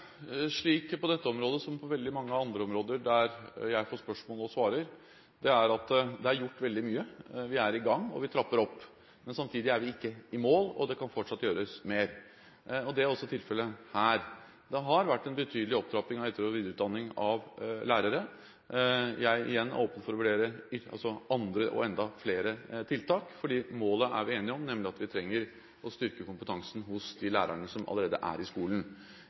slik på dette området, som på veldig mange andre områder der jeg får spørsmål, og svarer, og det er at det er gjort veldig mye. Vi er i gang, og vi trapper opp. Samtidig er vi ikke i mål. Det kan fortsatt gjøres mer. Det er også tilfellet her. Det har vært en betydelig opptrapping av etter- og videreutdanning av lærere. Jeg er åpen for å vurdere andre og enda flere tiltak, for målet er vi enige om – nemlig å styrke kompetansen hos de lærerne som allerede er i skolen.